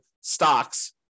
stocks